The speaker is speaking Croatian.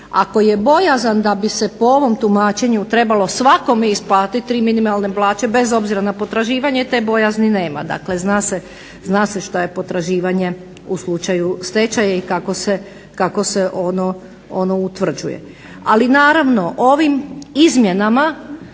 Ako je bojazan da bi se po ovom tumačenju trebalo svakome isplatiti tri minimalne plaće bez obzira na potraživanje te bojazni nema. Dakle, zna se šta je potraživanje u slučaju stečaja i kako se ono utvrđuje. Ali naravno ovim izmjenama